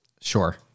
Sure